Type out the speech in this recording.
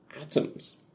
atoms